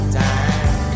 time